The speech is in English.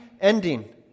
ending